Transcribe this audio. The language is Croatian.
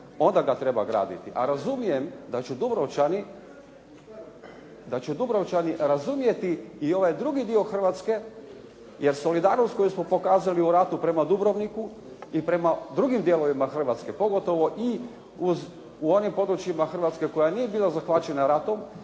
onda ga treba graditi. A razumijem da će Dubrovčani razumjeti i ovaj drugi dio Hrvatske, jer solidarnost koju smo pokazali u ratu prema Dubrovniku i prema drugim dijelovima Hrvatske pogotovo i u onim područjima Hrvatske koja nije bila zahvaćena ratom,